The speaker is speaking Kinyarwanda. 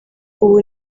ubu